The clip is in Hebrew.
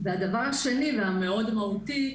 והדבר השני המאוד מהותי,